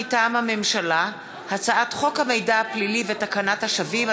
מטעם הממשלה: הצעת חוק המידע הפלילי ותקנת השבים,